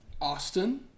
Austin